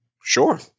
Sure